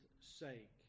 sake